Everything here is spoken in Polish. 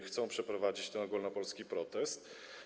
Chcą przeprowadzić ten ogólnopolski protest.